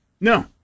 no